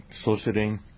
soliciting